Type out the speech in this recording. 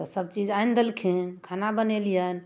तऽ सबचीज आनि देलखिन खाना बनेलिअनि